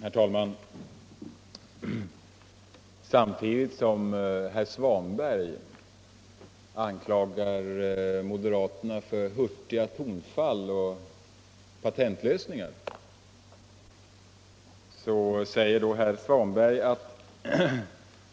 Herr talman! Samtidigt som herr Svanberg anklagar moderaterna för hurtiga tonfall och patentlösningar säger herr Svanberg att